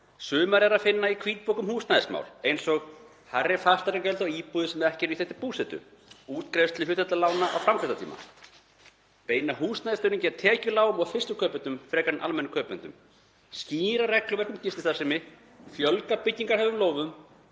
Sumar er að finna í hvítbók um húsnæðismál, eins og hærri fasteignagjöld á íbúðir sem ekki eru til búsetu, útgreiðsluhlutfall lána á framkvæmdatíma, beina húsnæðisstuðningi að tekjulágum og fyrstu kaupendum frekar en almennum kaupendum, skýra regluverk um gististarfsemi, fjölga byggingarhæfum lóðum,